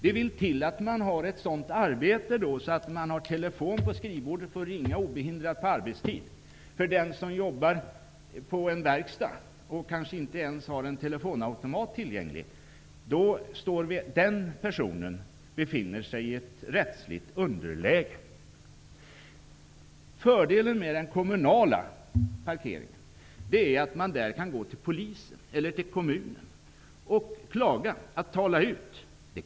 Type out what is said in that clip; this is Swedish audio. Det vill till att man har ett sådant arbete att man har telefon på skrivbordet och kan ringa obehindrat på arbetstid. Den som jobbar på en verkstad och kanske inte ens har en telefonautomat tillgänglig befinner sig i ett rättsligt underläge. Fördelen med den kommunala parkeringen är att man kan gå till Polisen eller till kommunen och klaga.